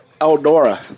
Eldora